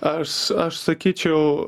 aš aš sakyčiau